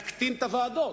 נקטין את הוועדות,